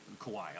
Kawhi